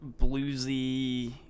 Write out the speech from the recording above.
bluesy